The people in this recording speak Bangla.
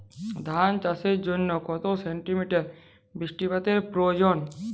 ধান চাষের জন্য কত সেন্টিমিটার বৃষ্টিপাতের প্রয়োজন?